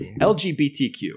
LGBTQ